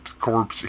corpse